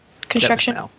construction